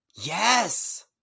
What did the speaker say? yes